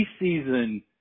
preseason